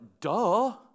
duh